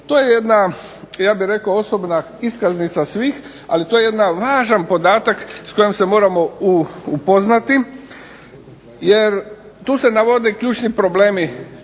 To je jedna ja bih rekao osobna iskaznica svih, ali to je jedan važan podatak s kojim se moramo upoznati, jer tu se navode ključni problemi